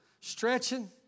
stretching